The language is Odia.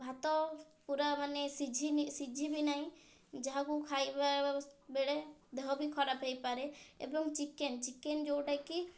ଭାତ ପୁରା ମାନେ ସିଝିନି ସିଝିବି ନାହିଁ ଯାହାକୁ ଖାଇବା ବେଳେ ଦେହ ବି ଖରାପ ହେଇପାରେ ଏବଂ ଚିକେନ୍ ଚିକେନ୍ ଯେଉଁଟା କି